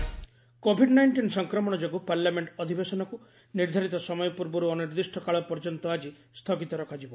parliament sine die କୋବିଡ nineteen ସଂକ୍ରମଣ ଯୋଗୁଁ ପାର୍ଲାମେଣ୍ଟ ଅଧିବେଶନକୁ ନିର୍ଦ୍ଧାରିତ ସମୟ ପୂର୍ବରୁ ଅନିର୍ଦ୍ଦିଷ୍ଟ କାଳ ପର୍ଯ୍ୟନ୍ତ ଆଜି ସ୍ଥୁଗିତ ରଖାଯିବ